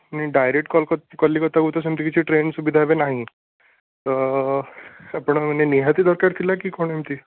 ନାଇଁ ଡାଇରେକ୍ଟ୍ କଲ କଲିକତା ସେମିତି କିଛି ଟ୍ରେନ୍ ସୁବିଧା ଏବେ ନାହିଁ ତ ଆପଣ ମାନେ ନିହାତି ଦରକାର ଥିଲା କି କ'ଣ ଏମିତି